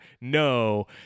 No